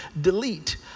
delete